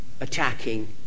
attacking